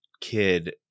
kid